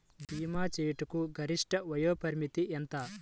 భీమా చేయుటకు గరిష్ట వయోపరిమితి ఎంత?